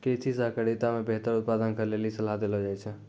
कृषि सहकारिता मे बेहतर उत्पादन करै लेली सलाह देलो जाय छै